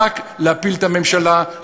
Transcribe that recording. רק להפיל את הממשלה,